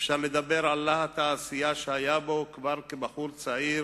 אפשר לדבר על להט העשייה שהיה בו כבר כבחור צעיר,